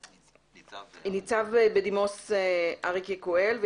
ניצב בדימוס אריק יקואל,